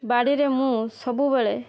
ବାଡ଼ିରେ ମୁଁ ସବୁବେଳେ